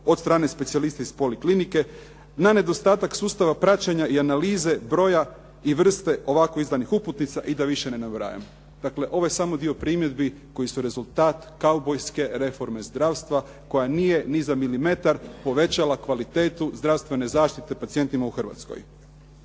od strane specijalista iz poliklinike, na nedostatak sustava praćenja i analize broja i vrste ovako izdanih uputnica i da više ne nabrajam. Dakle, ovo je samo dio primjedbi koje su rezultat kaubojske reforme zdravstva koja nije ni za milimetar povećala kvalitetu zdravstvene zaštite pacijentima u Hrvatskoj.